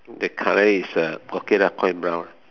the colour is uh okay lah quite brown